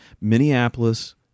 Minneapolis